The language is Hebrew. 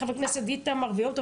כמו חברי הכנסת איתמר ויום טוב,